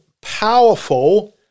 powerful